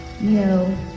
no